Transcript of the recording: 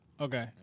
Okay